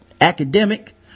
academic